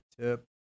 TIP